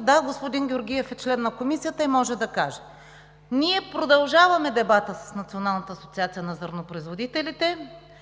Да, господин Георгиев е член на Комисията и може да каже – ние продължаваме дебата с Националната асоциация на зърнопроизводителите,